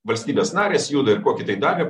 valstybės narės juda ir kokį tai davė